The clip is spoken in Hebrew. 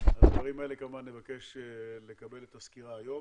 על הדברים האלה כמובן נבקש לקבל את הסקירה היום.